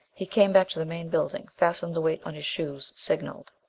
he came back to the main building. fastened the weights on his shoes. signaled.